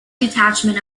detachment